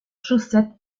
chaussette